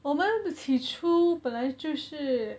我们起初本来就是